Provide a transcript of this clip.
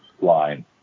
line